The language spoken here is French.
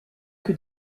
que